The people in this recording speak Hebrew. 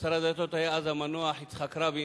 שר הדתות היה אז המנוח יצחק רבין,